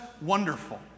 wonderful